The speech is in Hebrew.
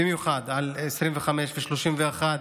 במיוחד על 25 ו-31,